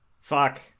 Fuck